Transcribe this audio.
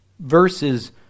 Verses